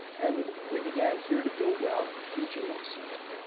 and we began here to build out a genome center.